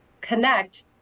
connect